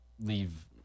leave